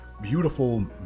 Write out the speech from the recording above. beautiful